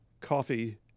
coffee